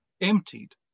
emptied